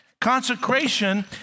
Consecration